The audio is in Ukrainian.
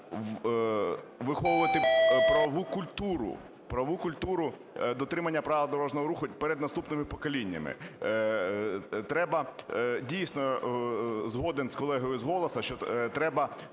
виховувати правову культуру дотримання правил дорожнього руху перед наступними поколіннями. Треба, дійсно, згоден з колегою з "Голосу", що треба